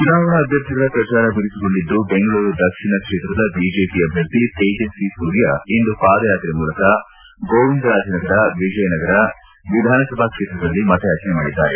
ಚುನಾವಣಾ ಅಭ್ಯರ್ಥಿಗಳ ಪ್ರಚಾರ ಬಿರುಸುಗೊಂಡಿದ್ದು ಬೆಂಗಳೂರು ದಕ್ಷಿಣ ಕ್ಷೇತ್ರದ ಬಿಜೆಪಿ ಅಭ್ಯರ್ಥಿ ತೇಜಸ್ವಿಸೂರ್ಯ ಇಂದು ಪಾದಯಾತ್ರೆ ಮೂಲಕ ಗೋವಿಂದರಾಜನಗರ ವಿಜಯನಗರ ವಿಧಾನಸಭಾ ಕ್ಷೇತ್ರಗಳಲ್ಲಿ ಮತಯಾಜನೆ ಮಾಡಿದ್ದಾರೆ